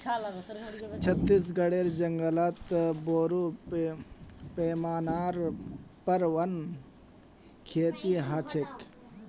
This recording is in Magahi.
छत्तीसगढेर जंगलत बोरो पैमानार पर वन खेती ह छेक